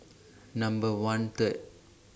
Number one Third